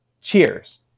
Cheers